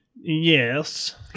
Yes